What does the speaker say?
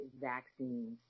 vaccines